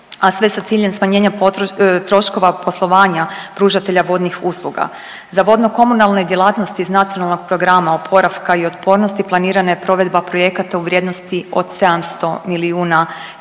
a sve sa ciljem smanjenja troškova poslovanja pružatelja vodnih usluga. Za vodno komunalne djelatnosti iz NPOO-a planirana je provedba projekata u vrijednosti od 700 milijuna eura,